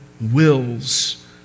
wills